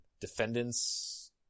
defendants